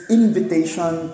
invitation